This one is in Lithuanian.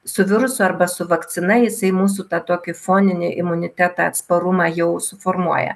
su virusu arba su vakcina jisai mūsų tą tokį foninį imunitetą atsparumą jau suformuoja